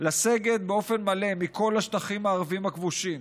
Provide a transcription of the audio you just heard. לסגת באופן מלא מכל השטחים הערביים הכבושים,